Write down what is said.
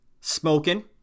Smoking